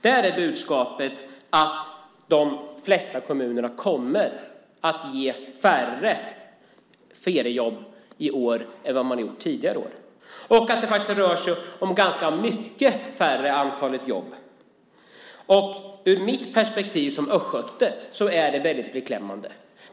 Där är budskapet att de flesta kommunerna kommer att ge färre feriejobb i år än man har gjort tidigare år. Och det rör sig faktiskt om ganska mycket färre antal jobb. Ur mitt perspektiv som östgöte är det väldigt beklämmande.